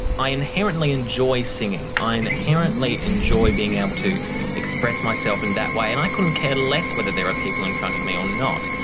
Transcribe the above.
i inherently enjoy singing, i inherently enjoy being able to express myself in that way and i couldn't care less whether there are people in front of me or not.